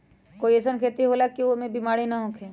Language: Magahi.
कोई अईसन खेती होला की वो में ई सब बीमारी न होखे?